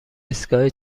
ایستگاه